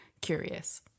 curious